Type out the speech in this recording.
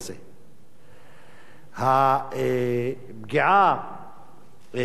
הפגיעה גם ביהודים מתורצת בכך